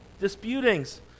disputings